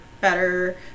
better